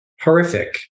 horrific